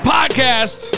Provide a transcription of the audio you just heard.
Podcast